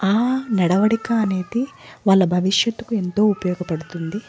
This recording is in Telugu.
ఆ నడవడిక అనేది వాళ్ళ భవిష్యత్తుకు ఎంతో ఉపయోగపడుతుంది